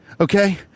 Okay